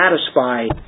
satisfied